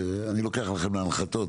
ואני לוקח לכם גם להנחתות,